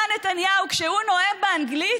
הממשלה נתניהו, כשהוא נואם באנגלית,